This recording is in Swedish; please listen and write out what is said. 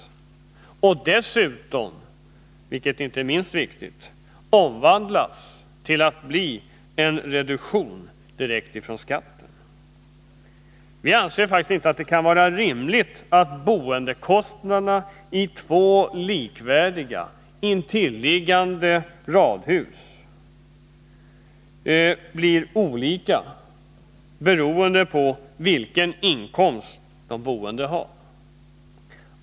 Ränteavdragen måste dessutom — det är inte minst viktigt — omvandlas till att bli en reduktion direkt från skatten. Vi anser inte att det är rimligt att boendekostnaderna i två likvärdiga, intill varandra liggande radhus blir olika, beroende på vilken inkomst de boende har.